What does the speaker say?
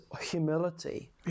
humility